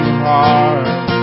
heart